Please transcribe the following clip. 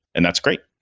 and that's great.